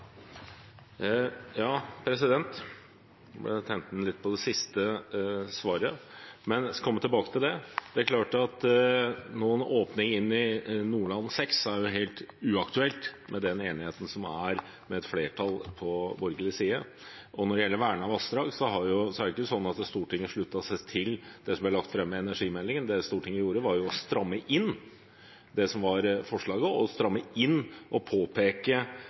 på det siste svaret skal jeg komme tilbake til det. Det er klart at noen åpning inn i Nordland VI er helt uaktuelt med den enigheten som er med et flertall på borgerlig side. Når det gjelder vernede vassdrag, er det ikke sånn at Stortinget sluttet seg til det som er lagt fram i energimeldingen. Det Stortinget gjorde, var å stramme inn det som var forslaget, og